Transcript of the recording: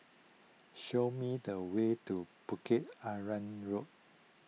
show me the way to Bukit Arang Road